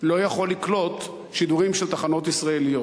ולא יכול לקלוט שידורים של תחנות ישראליות,